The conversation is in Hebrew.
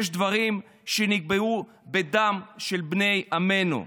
יש דברים שנקבעו בדם של בני עמנו,